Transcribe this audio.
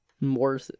more